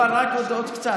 רק עוד קצת.